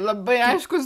labai aiškus